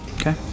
okay